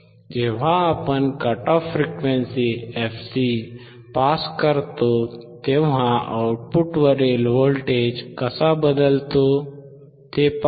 जेव्हा आपण cut off frequency fc pass करतो तेव्हा आउटपुटवरील व्होल्टेज कसा बदलतो ते आपण पाहू